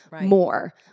more